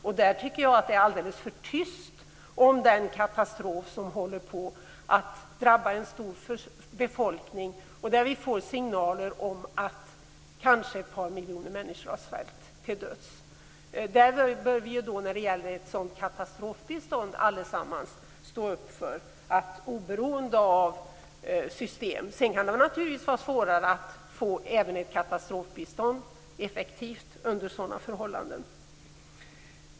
Jag tycker att det har varit alldeles för tyst om den katastrof som håller på att drabba en stor befolkning. Vi får ju signaler om att kanske ett par miljoner människor har svultit till döds. Vi bör allesammans stå upp för ett sådant katastrofbistånd, oberoende av system. Sedan kan det naturligtvis vara svårare att få även ett katastrofbistånd effektivt under sådana förhållanden.